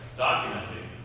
documenting